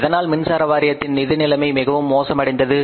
எதனால் மின்சார வாரியத்தின் நிதி நிலைமை மிகவும் மோசமடைந்தது